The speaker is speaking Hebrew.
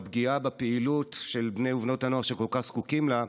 פגיעה בפעילות של בני ובנות הנוער שכל כך זקוקים לה,